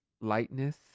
lightness